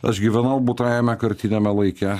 aš gyvenau butajame kartiniame laike